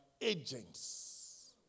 agents